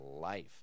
life